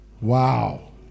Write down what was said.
Wow